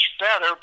better